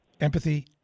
empathy